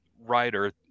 writer